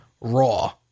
Raw